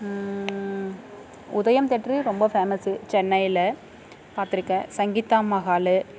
உதயம் தேட்ரு ரொம்ப ஃபேமஸ்ஸு சென்னையில் பார்த்துருக்கேன் சங்கீதா மஹாலு